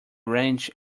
ranch